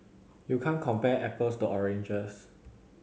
you can't compare apples to oranges